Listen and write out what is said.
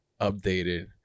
updated